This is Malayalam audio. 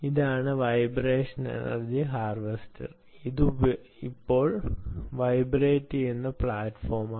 ഇതാണ് വൈബ്രേഷൻ എനർജി ഹാർവെസ്റ്റർ ഇത് ഇപ്പോൾ വൈബ്രേറ്റുചെയ്യുന്ന പ്ലാറ്റ്ഫോമാണ്